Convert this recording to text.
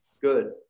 good